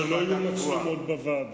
שלא יהיו מצלמות בוועדה.